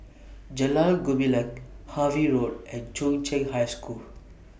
Jalan Gumilang Harvey Road and Chung Cheng High School